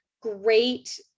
great